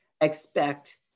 expect